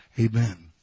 Amen